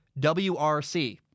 wrc